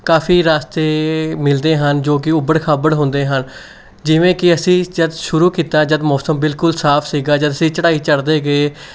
ਕਾਫੀ ਰਾਸਤੇ ਮਿਲਦੇ ਹਨ ਜੋ ਕਿ ਉਬੜ ਖਾਬੜ ਹੁੰਦੇ ਹਨ ਜਿਵੇਂ ਕਿ ਅਸੀਂ ਜਦੋਂ ਸ਼ੁਰੂ ਕੀਤਾ ਜਦੋਂ ਮੌਸਮ ਬਿਲਕੁਲ ਸਾਫ ਸੀ ਜਦੋਂ ਅਸੀਂ ਚੜ੍ਹਾਈ ਚੜ੍ਹਦੇ ਗਏ